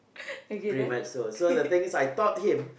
okay then